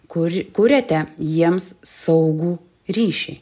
kur kuriate jiems saugų ryšį